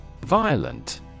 Violent